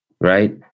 Right